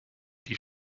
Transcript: die